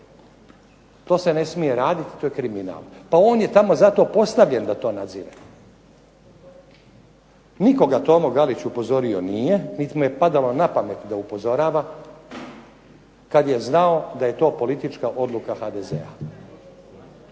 to se ne smije raditi, to je kriminal. Pa on je tamo zato postavljen da to nadzire. Nikoga Tomo Galić upozorio nije niti mu je padalo na pamet da upozorava kad je znao da je to politička odluka HDZ-a